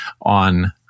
on